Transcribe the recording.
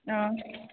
ꯑꯥ